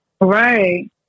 right